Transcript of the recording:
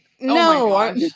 No